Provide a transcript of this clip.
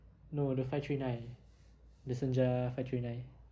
no the five three nine the senja five three nine